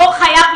פה חייבים